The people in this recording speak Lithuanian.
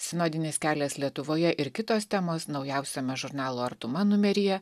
sinodinis kelias lietuvoje ir kitos temos naujausiame žurnalo artuma numeryje